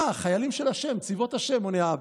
אהה, חיילים של השם, צבאות השם, עונה האבא.